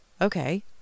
Okay